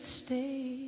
stay